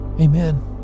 Amen